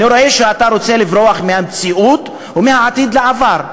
אני רואה שאתה רוצה לברוח מהמציאות ומהעתיד לעבר.